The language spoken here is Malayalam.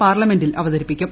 പാർലമെന്റിൽ അവതരിപ്പിക്കും